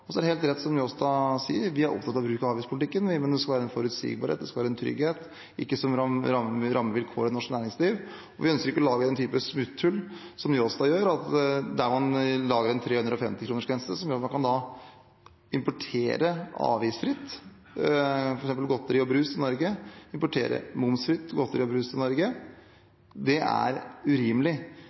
bra! Så er det helt rett som Njåstad sier, at vi er opptatt av å bruke avgiftspolitikken, men det skal være en forutsigbarhet, en trygghet, og ikke ramme vilkårlig i norsk næringsliv. Vi ønsker ikke å lage den typen smutthull som Njåstad gjør, ved å lage en 350-kronersgrense som gjør at man kan importere avgiftsfritt, momsfritt, f.eks. godteri og brus til Norge. Det er urimelig.